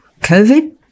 COVID